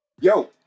Yo